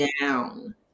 down